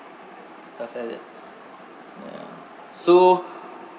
stuff like that yeah so